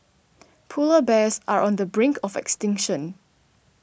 Polar Bears are on the brink of extinction